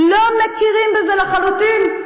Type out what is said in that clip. לא מכירים בזה, לחלוטין,